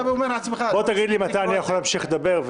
אתה אומר בעצמך -- תגיד לי מתי אני יכול להמשיך לדבר.